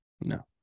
No